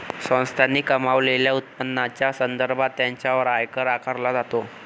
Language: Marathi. संस्थांनी कमावलेल्या उत्पन्नाच्या संदर्भात त्यांच्यावर आयकर आकारला जातो